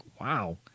wow